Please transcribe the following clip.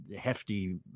hefty